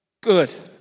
good